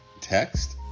Text